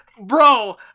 bro